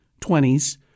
20s